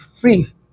free